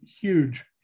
huge